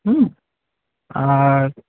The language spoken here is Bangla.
হুম আর